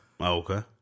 Okay